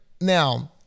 Now